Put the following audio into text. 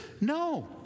no